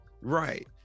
right